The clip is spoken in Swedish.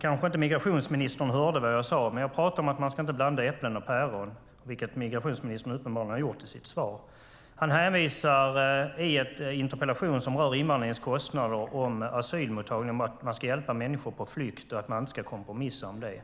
kanske inte migrationsministern hörde vad jag sade. Men jag pratade om att man inte ska blanda äpplen och päron, vilket migrationsministern uppenbarligen har gjort i sitt svar. I en interpellation som rör invandringens kostnader hänvisar han till asylmottagning, att man ska hjälpa människor på flykt och att man inte ska kompromissa om det.